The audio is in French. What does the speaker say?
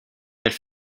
elle